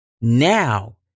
Now